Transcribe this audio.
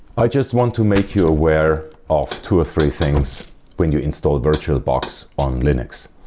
i just want to make you aware of two or three things when you install virtualbox on linux.